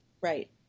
Right